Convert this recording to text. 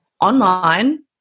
online